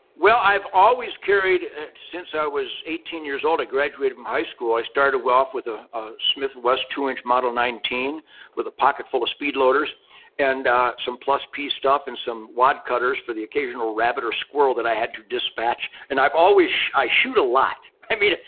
well, i've always carried since i was eighteen years old, i graduated from high school, i started well-off with ah smith smith west two-inch model nineteen with a pocket full of speed loaders and some plus p stuff and some wide cutters for the occasional rabbit or squirrel that i had to dispatch. and i've always, i shoot a lot. i mean,